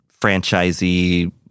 franchisee